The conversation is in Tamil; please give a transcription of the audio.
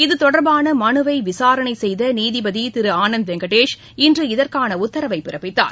இத்தொடர்பாள மனுவை விசாரணை செய்த நீதிபதி திரு ஆனந்த் வெங்கடேஷ் இன்று இதற்கான உத்தரவினை பிறப்பித்தார்